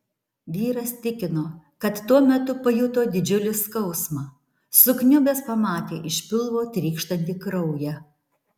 vyras tikino kad tuo metu pajuto didžiulį skausmą sukniubęs pamatė iš pilvo trykštantį kraują